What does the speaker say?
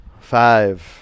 Five